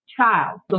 child